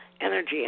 energy